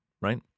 right